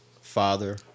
father